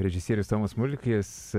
režisierius tomas smulkis